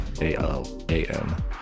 a-l-a-n